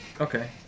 Okay